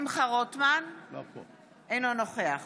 אינו נוכח